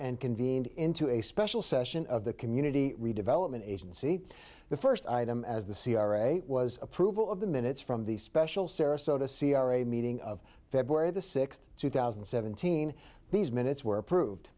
and convened into a special session of the community redevelopment agency the first item as the c r a was approval of the minutes from the special sarasota c r a meeting of february the sixth two thousand and seventeen these minutes were approved